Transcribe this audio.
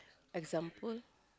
example